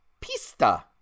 Pista